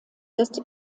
ist